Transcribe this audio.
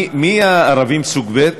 מי הערבים סוג ב'?